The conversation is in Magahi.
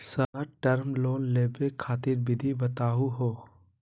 शार्ट टर्म लोन लेवे खातीर विधि बताहु हो?